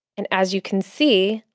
and as you can see,